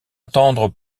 attendre